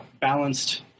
balanced